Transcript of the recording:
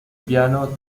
piano